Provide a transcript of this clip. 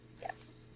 Yes